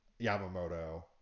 Yamamoto